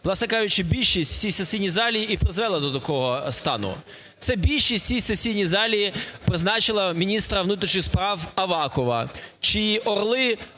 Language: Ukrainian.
власне кажучи, більшість у цій сесійній залі і призвела до такого стану. Це більшість у цій сесійній залі призначила міністра внутрішніх справ Авакова, чиї "орли"